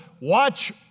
watch